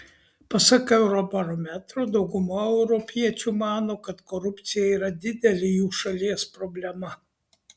pasak eurobarometro dauguma europiečių mano kad korupcija yra didelė jų šalies problema